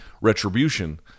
retribution